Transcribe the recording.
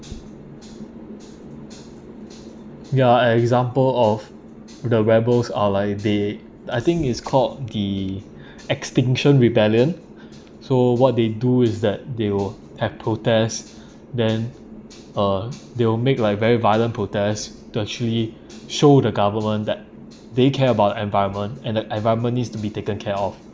ya ex~ example of the rebels are like they I think is called the extinction rebellion so what they do is that they will have protests then uh they will make like very violent protests to actually show the government that they care about the environment and the environment needs to be taken care of